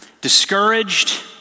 discouraged